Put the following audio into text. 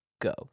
go